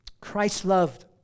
Christ-loved